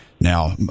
Now